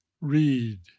read